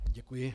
Děkuji.